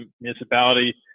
municipality